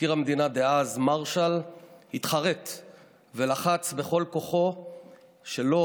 מזכיר המדינה דאז מרשל התחרט ולחץ בכל כוחו שלא